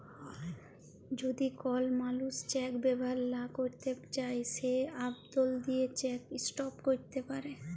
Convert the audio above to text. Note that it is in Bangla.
যদি কল মালুস চ্যাক ব্যাভার লা ক্যইরতে চায় সে আবদল দিঁয়ে চ্যাক ইস্টপ ক্যইরতে পারে